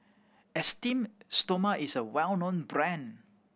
Esteem Stoma is a well known brand